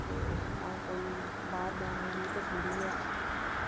ते नां कोई बाहर जाने दी भसूड़ी ऐ ना कोई